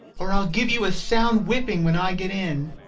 or i'll give you a sound whipping when i get in.